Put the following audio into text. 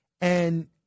and-